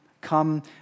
come